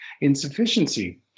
insufficiency